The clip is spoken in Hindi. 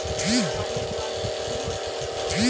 विदेशी किताबों की कीमत डॉलर में छपी होती है